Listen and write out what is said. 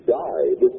died